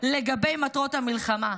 לגבי מטרות המלחמה.